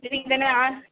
சரிங்க தானே ஆ